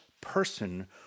person